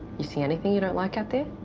you see anything you don't like out there.